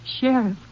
Sheriff